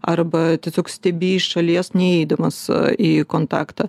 arba tiesiog stebi iš šalies neidamas į kontaktą